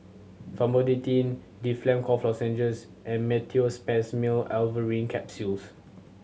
Famotidine Difflam Cough Lozenges and Meteospasmyl Alverine Capsules